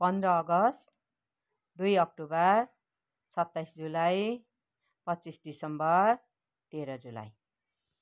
पन्ध्र अगस्ट दुई अक्टोबर सत्ताइस जुलाई पच्चिस डिसम्बर तेह्र जुलाई